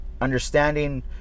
understanding